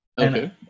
okay